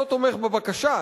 אני לא תומך בבקשה,